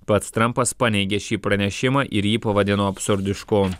pats trampas paneigė šį pranešimą ir jį pavadino absurdišku